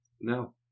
No